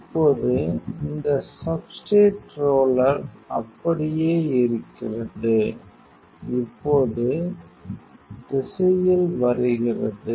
இப்போது இந்த substrate roller அப்படியே இருக்கிறது இப்போது பார்க்க Ti 3303 திசையில் வருகிறது